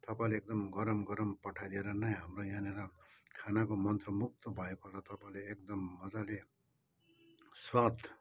तपाईँले एकदम गरम गरम पठाइ दिएर नै हाम्रो यहाँनिर खानाको मन्त्रमुग्ध भएको र तपाईँले एकदम मजाले स्वाद